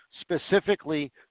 specifically